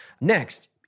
Next